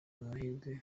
amahirwe